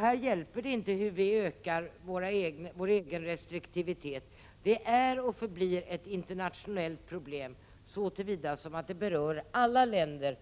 Då hjälper det inte att vi ökar vår egen restriktivitet, eftersom det är och förblir ett internationellt problem så till vida att det berör alla länder